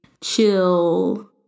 chill